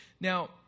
Now